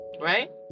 right